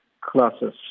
classes